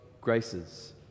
graces